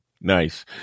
Nice